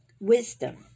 Wisdom